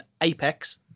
Apex